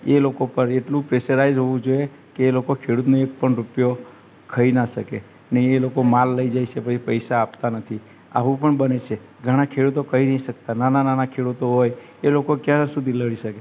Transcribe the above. એ લોકો પર એટલું પ્રેશરાઈઝ હોવું જોઈએ કે એ લોકો ખેડૂતને એક પણ રૂપિયો ખાઈ ના શકે ને એ લોકો માલ લઈ જાય છે ભાઈ પૈસા આપતા નથી આવું પણ બને છે ઘણા ખેડૂતો કહી નથી શકતા નાના નાના ખેડૂતો હોય એ લોકો ક્યાં સુધી લડી શકે